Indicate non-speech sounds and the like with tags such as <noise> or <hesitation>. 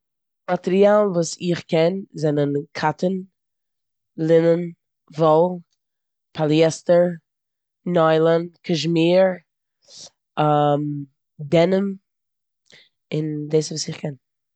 מאטריאלן וואס איך קען זענען קאטטאן, לינען, וואל, פאליעסטער, ניילאן, קאשמיר, <hesitation> דענים און דאס איז וואס איך קען.